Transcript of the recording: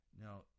Now